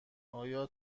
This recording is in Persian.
آیا